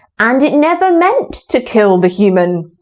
and it never meant to kill the human,